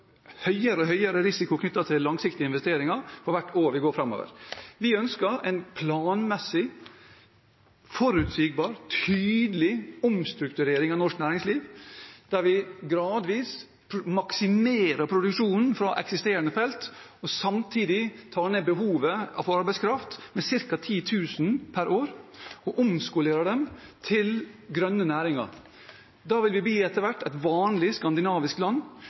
høyere og høyere risiko knyttet til langsiktige investeringer for hvert år vi går framover. Vi ønsker en planmessig, forutsigbar, tydelig omstrukturering av norsk næringsliv, der vi gradvis maksimerer produksjonen fra eksisterende felt og samtidig tar ned behovet for arbeidskraft med ca. 10 000 per år, og omskolerer dem til grønne næringer. Da vil vi etter hvert bli et vanlig skandinavisk land